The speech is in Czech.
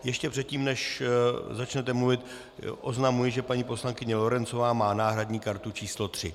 Ještě předtím, než začnete mluvit, oznamuji, že paní poslankyně Lorencová má náhradní kartu číslo 3.